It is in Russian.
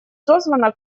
созвана